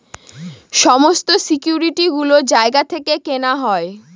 সমস্ত সিকিউরিটি গুলো জায়গা থেকে কেনা হয়